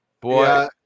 Boy